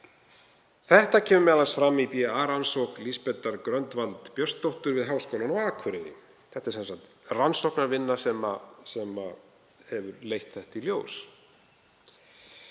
Þetta kemur m.a. fram í BA-rannsókn Lísbetar Grönvaldt Björnsdóttur við Háskólann á Akureyri. Þetta er sem sagt rannsóknarvinna sem hefur leitt þetta í ljós